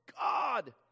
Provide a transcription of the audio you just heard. God